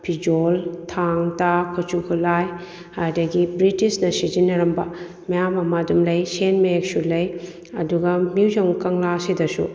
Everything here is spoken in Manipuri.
ꯐꯤꯖꯣꯜ ꯊꯥꯡ ꯇꯥ ꯈꯨꯠꯁꯨ ꯈꯨꯠꯂꯥꯏ ꯑꯗꯒꯤ ꯕ꯭ꯔꯤꯇꯤꯁꯅ ꯁꯤꯖꯤꯟꯅꯔꯝꯕ ꯃꯌꯥꯝ ꯑꯃ ꯑꯗꯨꯝ ꯂꯩ ꯁꯦꯟ ꯃꯌꯦꯛꯁꯨ ꯂꯩ ꯑꯗꯨꯒ ꯃ꯭ꯌꯨꯖꯝ ꯀꯪꯂꯥꯁꯤꯗꯁꯨ